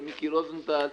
מיקי רוזנטל,